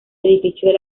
edificios